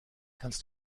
kannst